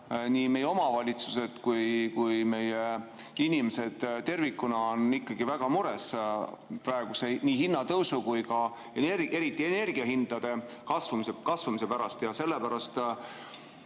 nii meie omavalitsused kui ka meie inimesed on ikkagi väga mures praeguse hinnatõusu ja eriti energiahindade kasvamise pärast. Sellepärast